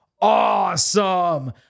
awesome